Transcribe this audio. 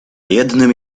jednym